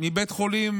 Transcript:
מבית חולים